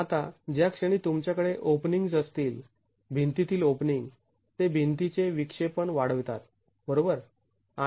आता ज्या क्षणी तुमच्याकडे ओपनिंग्ज् असतील भिंतीतील ओपनिंग ते भिंतीचे विक्षेपण वाढवितात बरोबर